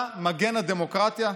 אתה מגן הדמוקרטיה?